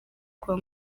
kwa